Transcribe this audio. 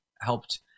helped